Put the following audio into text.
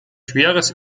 schweres